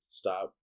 stop